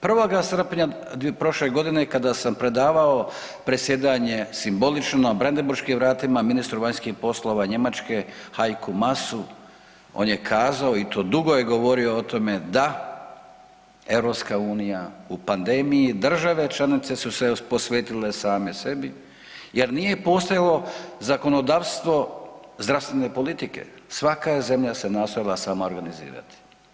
1. srpnja prošle godine kada sam predavao presjedanje simbolično Brandenburškim vratima ministru vanjskih poslova Njemačke Heiku Maasu on je kazao i to dugo je govorio o tome da EU u pandemiji države članice su se posvetile same sebi jer nije postojalo zakonodavstvo zdravstvene politike, svaka je zemlja se nastojala sama organizirati.